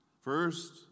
First